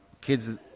kids